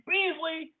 Beasley